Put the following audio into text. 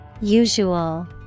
Usual